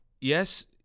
Yes